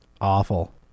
awful